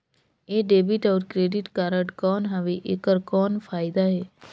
ये डेबिट अउ credit card कौन हवे एकर कौन फाइदा हे?